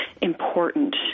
important